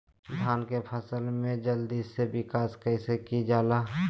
धान की फसलें को जल्दी से विकास कैसी कि जाला?